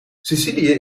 sicilië